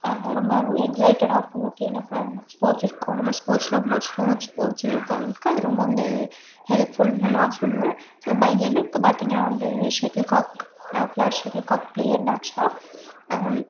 அவங்க ரொம்ப எக்ஸைட்டடாக ஓகே ஸ்போர்ட்ஸ் இருக்கோம் நம்ம ஸ்போர்ட்ஸில் ஸ்போர்ட்ஸில் கலந்துக்க அது ரொம்ப வந்து ஹெல்ப்ஃபுல்னு நான் சொல்லுவேன் ஸோ மை எனக்கு பார்த்திங்கன்னா வந்து ஷெட்டில் கார்க் நான் ஷெட்டில் கார்க் பிளேயர் தான் ஆக்சுவலாக